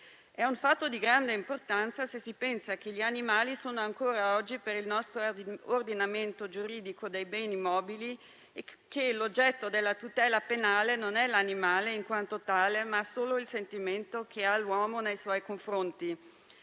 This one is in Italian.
È un fatto di grande importanza se si pensa che gli animali sono ancora oggi per il nostro ordinamento giuridico dei beni mobili e che l'oggetto della tutela penale non è l'animale in quanto tale, ma solo il sentimento che ha l'uomo nei suoi confronti.